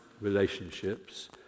relationships